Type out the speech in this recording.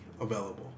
available